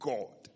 God